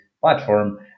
platform